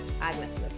Agnes